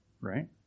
right